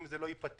אם זה לא ייפתר.